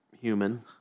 human